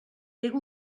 pega